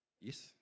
yes